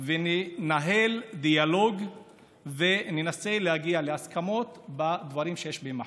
וננהל דיאלוג וננסה להגיע להסכמות בדברים שיש בהם מחלוקת.